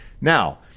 Now